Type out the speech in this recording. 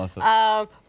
awesome